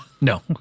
No